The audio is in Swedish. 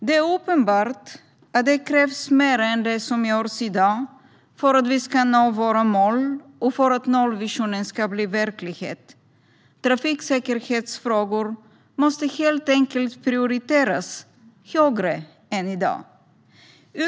Det är uppenbart att det krävs mer än det som görs i dag för att vi ska nå våra mål och för att nollvisionen ska bli verklighet. Trafiksäkerhetsfrågor måste helt enkelt prioriteras högre än i dag.